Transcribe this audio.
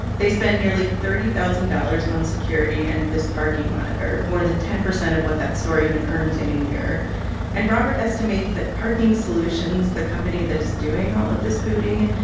they spend nearly thirty thousand dollars on security and this parking monitor, more than ten percent of what that store even earns in a year and robert estimates that parking solutions, the company that is doing all of this booting,